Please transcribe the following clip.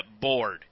bored